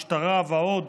משטרה ועוד,